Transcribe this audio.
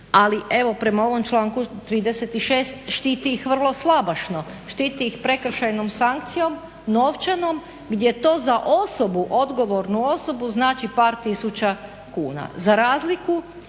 Ali evo prema ovom članku 36. štiti ih vrlo slabašno, štiti ih prekršajnom sankcijom, novčanom gdje to za osobu, odgovornu osobu znači par tisuća kuna. Za razliku